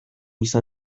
izan